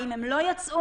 האם הם לא יצאו.